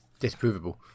disprovable